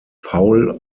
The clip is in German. paul